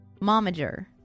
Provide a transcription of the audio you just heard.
Momager